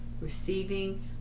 receiving